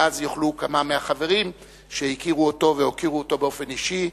ואז יוכלו כמה מהחברים שהכירו אותו והוקירו אותו באופן אישי,